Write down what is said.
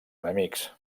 enemics